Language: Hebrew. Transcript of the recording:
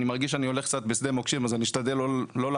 אני מרגיש שאני הולך קצת בשדה מוקשים אז אני אשתדל לא להכעיס